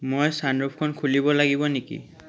মই ছান ৰুফখন খুলিব লাগিব নেকি